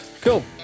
Cool